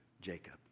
Jacob